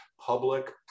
public